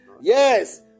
Yes